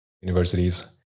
universities